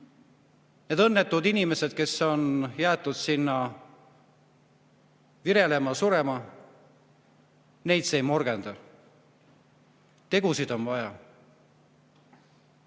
Neid õnnetuid inimesi, kes on jäetud sinna virelema, surema, see ei morjenda. Tegusid on vaja,